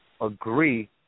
agree